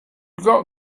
got